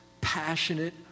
passionate